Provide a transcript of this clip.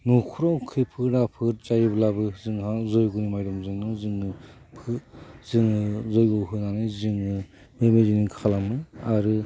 न'खराव खैफोद आफोद जायोब्लाबो जोंहा जय्ग माजोंनो जोङो जोङो जय्ग होनानै जोङो बेबायदिनो खालामो आरो